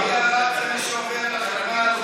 לצערי הרב זה מה שעובר על החברה,